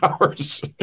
hours